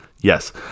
yes